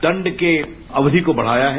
दंड की अवधि को बढाया है